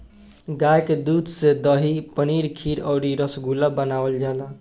गाय के दूध से दही, पनीर खीर अउरी रसगुल्ला बनावल जाला